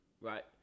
right